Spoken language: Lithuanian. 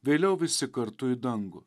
vėliau visi kartu į dangų